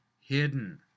hidden